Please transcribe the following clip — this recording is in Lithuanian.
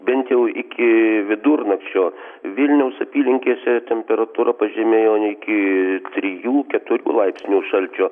bent jau iki vidurnakčio vilniaus apylinkėse temperatūra pažemėjo iki trijų keturių laipsnių šalčio